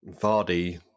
Vardy